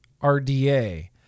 RDA